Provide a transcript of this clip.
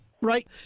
right